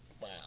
Wow